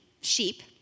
sheep